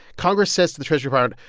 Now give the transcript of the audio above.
congress says to the treasury department,